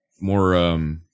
more